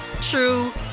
true